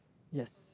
yes